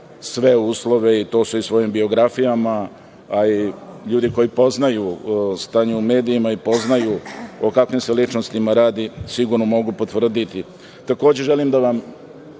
sve uslove i to su i svojim biografijama, a ljudi koji poznaju stanje u medijima i poznaju o kakvim se ličnostima radi, sigurno mogu potvrditi. Takođe želim da vam